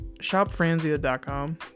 shopfranzia.com